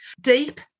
Deep